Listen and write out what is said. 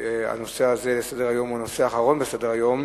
שהנושא הזה הוא הנושא האחרון בסדר-היום,